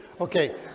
okay